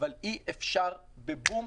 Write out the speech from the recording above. אבל אי אפשר בבום,